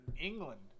England